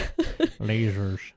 Lasers